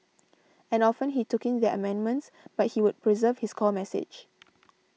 and often he took in their amendments but he would preserve his core message